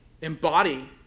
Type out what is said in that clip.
embody